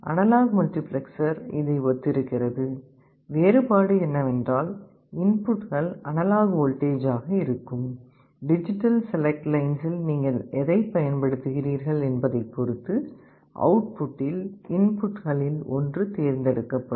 analogue multiplexer அதை ஒத்திருக்கிறது வேறுபாடு என்னவென்றால் இன்புட்கள் அனலாக் வோல்டேஜாக இருக்கும் டிஜிட்டல் செலக்ட்லைன்ஸில் நீங்கள் எதைப் பயன்படுத்துகிறீர்கள் என்பதைப் பொறுத்து அவுட்புட்டில் இன்புட்களில் ஒன்று தேர்ந்தெடுக்கப்படும்